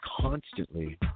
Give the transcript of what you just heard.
constantly